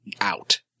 out